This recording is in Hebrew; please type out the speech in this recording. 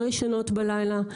לא ישנות בלילה,